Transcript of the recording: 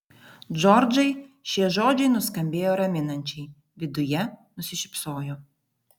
džordžai šie žodžiai nuskambėjo raminančiai viduje nusišypsojo